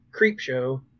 Creepshow